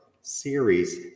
series